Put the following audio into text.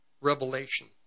revelation